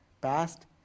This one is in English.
past